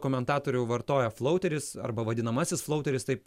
komentatorių vartoja flauteris arba vadinamasis flauteris taip